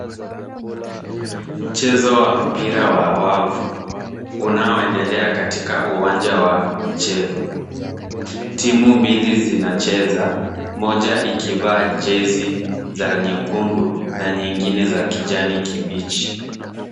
Mchezo wa mpira wa wavu, unaoendelea katika uwanja wa michezo. Timu mbili zinacheza, moja ikivaa jezi za nyekundu na nyingine za kijani kibichi.